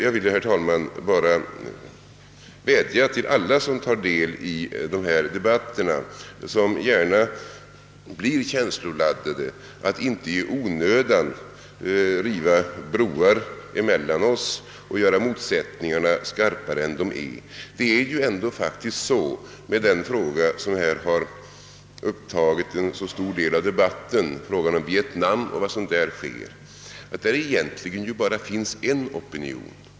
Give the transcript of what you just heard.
Jag ville, herr talman, bara vädja till alla som tar del i dessa debatter, vilka gärna blir känsloladdade, att inte i onödan riva broar mellan oss och göra motsättningarna skarpare än de redan är. I fråga om Vietnam och vad som där sker, som upptagit så stor del av debatten, finns egentligen bara en opinion.